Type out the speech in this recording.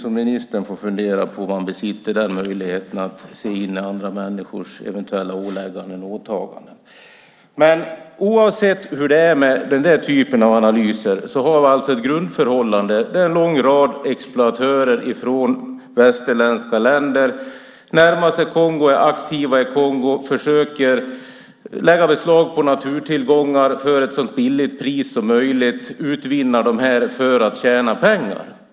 Ministern får väl fundera på om han besitter möjligheten att se in i andra människors eventuella ålägganden och åtaganden. Oavsett hur det är med den där typen av analyser har vi ett grundförhållande där en lång rad exploatörer från västerländska länder som närmar sig Kongo och är aktiva i Kongo försöker lägga beslag på naturtillgångar för ett så lågt pris som möjligt för att utvinna dem och tjäna pengar.